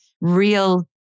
real